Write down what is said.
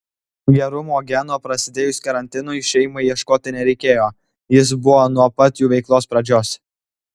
gerumo geno prasidėjus karantinui šeimai ieškoti nereikėjo jis buvo nuo pat jų veiklos pradžios